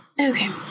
Okay